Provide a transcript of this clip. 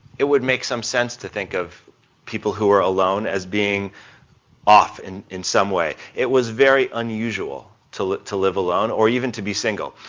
it would make some sense to think of people who are alone as being off in in someway. it was very unusual to live to live alone or even to be single.